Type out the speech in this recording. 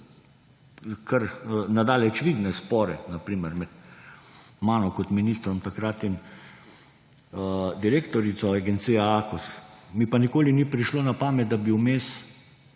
kar na daleč vidne spore, na primer, med mano kot ministrom takratnim in direktorico agencije Akos, mi pa nikoli ni prišlo na pamet, da bi vmes